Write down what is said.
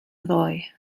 ddoe